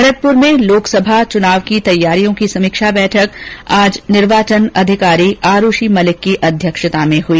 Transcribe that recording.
भरतपुर में लोकसभा चनावों की तैयारियों की समीक्षा बैठक आज निर्वाचन अधिकारी आरूषी मलिक की अध्यक्षता में आयोजित हुई